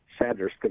Sanders